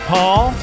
Paul